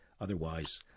otherwise